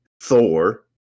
Thor